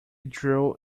drew